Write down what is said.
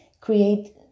create